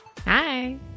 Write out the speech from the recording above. Hi